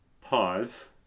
Pause